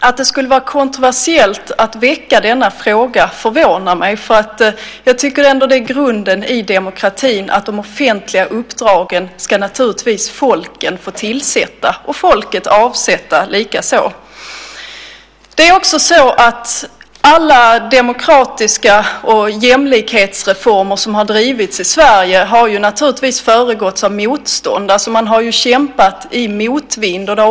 Att det skulle vara kontroversiellt att ta upp denna fråga förvånar mig, för jag tycker ändå att det är grunden i demokratin att folket ska få tillsätta de offentliga uppdragen, och det är folket som ska få avsätta dem likaså. Alla demokratiska reformer och jämlikhetsreformer som har genomdrivits i Sverige har naturligtvis föregåtts av motstånd. Man har kämpat i motvind.